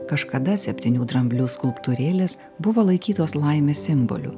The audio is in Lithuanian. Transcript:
kažkada septynių dramblių skulptūrėlės buvo laikytos laimės simboliu